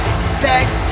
suspect